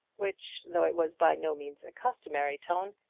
which, though it was by no means a customary tone,